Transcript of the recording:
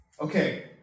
Okay